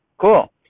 Cool